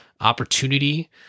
opportunity